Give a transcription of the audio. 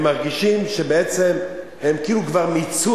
הם מרגישים שבעצם הם כאילו כבר מיצו